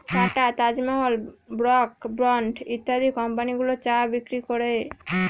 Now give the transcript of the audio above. tata, Taj Mahal, Brooke Bond ইত্যাদি company গুলো চা বিক্রি করে